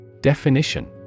Definition